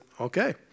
Okay